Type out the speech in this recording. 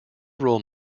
role